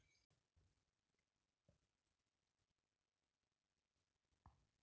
क्या आप जानते है नाइजर बीज का तेल शरीर में कोलेस्ट्रॉल के स्तर को संतुलित करता है?